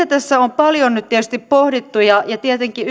tässä on paljon nyt tietysti pohdittu ja ja tietenkin